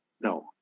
No